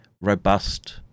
robust